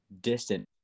distant